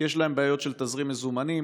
יש להם בעיות של תזרים מזומנים.